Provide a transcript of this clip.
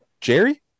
jerry